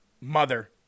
mother